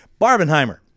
Barbenheimer